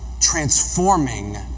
transforming